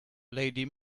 lady